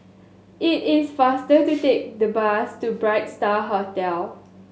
it is faster to take the bus to Bright Star Hotel